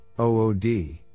OOD